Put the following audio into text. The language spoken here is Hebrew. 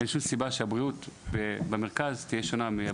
אבל אין שום סיבה שהבריאות במרכז תהיה שונה.